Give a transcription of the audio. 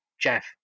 Jeff